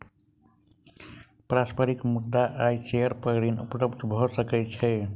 पारस्परिक मुद्रा आ शेयर पर ऋण उपलब्ध भ सकै छै